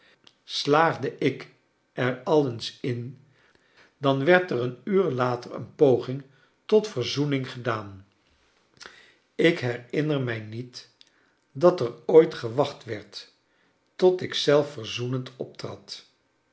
slaagde ik er al eens in dan werd er een uur later een poging tot verzoening gedaan ik lierinner mij niet dat er ooit gewacht werd tot ik zelf verzoenend